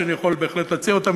שאני יכול בהחלט להציע אותן.